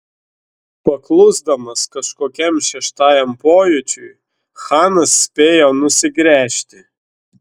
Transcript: paklusdamas kažkokiam šeštajam pojūčiui chanas spėjo nusigręžti